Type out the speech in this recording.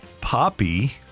Poppy